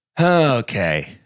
Okay